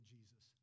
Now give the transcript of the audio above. Jesus